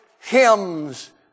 hymns